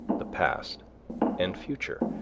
the past and future,